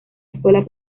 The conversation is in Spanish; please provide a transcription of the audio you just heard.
escuela